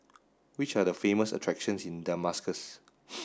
which are the famous attractions in Damascus